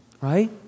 Right